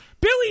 Billy